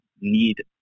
need